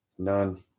None